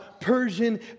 Persian